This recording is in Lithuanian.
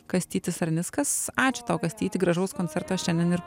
kastytis sarnickas ačiū tau kastyti gražaus koncerto šiandien ir